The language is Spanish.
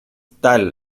tal